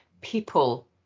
people